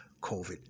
covid